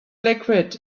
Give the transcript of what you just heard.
liquid